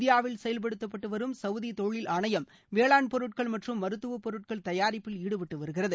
இந்தியாவில் செயல்படுத்தப்பட்டு வரும் சவுதி தொழில் ஆணையம் வேளாண் பொருட்கள் மற்றும் மருத்துவப் பொருட்கள் தயாரிப்பில் ஈடுபட்டு வருகிறது